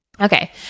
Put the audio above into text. Okay